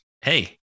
hey